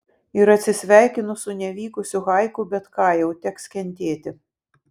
ir atsisveikinu su nevykusiu haiku bet ką jau teks kentėti